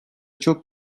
çok